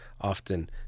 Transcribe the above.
often